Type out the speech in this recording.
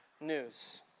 news